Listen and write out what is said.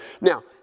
Now